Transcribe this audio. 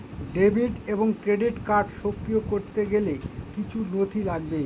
Debit এবং credit card সক্রিয় করতে গেলে কিছু নথি লাগবে?